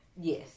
Yes